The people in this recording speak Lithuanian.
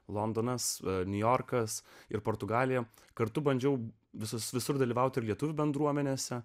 londonas niujorkas ir portugalija kartu bandžiau visus visur dalyvauti ir lietuvių bendruomenėse